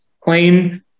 claim